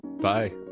Bye